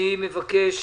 אני מבקש